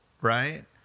right